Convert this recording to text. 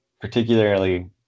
particularly